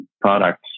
products